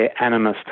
animist